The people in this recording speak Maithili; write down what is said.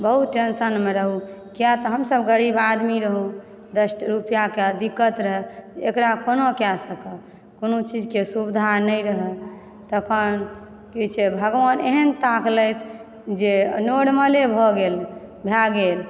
बहुत टेन्शनमे रहुॅं किया तऽ हमसब गरीब आदमी रहुॅं दस रुपआ के दिक्कत रहय एकरा कोना कए सकब कोनो चीजके सुविधा नहि रहय तखन ई छै भगवन एहन ताकलथि जे नॉर्मलएभऽ गेल भए गेल